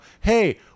Hey